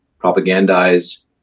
propagandize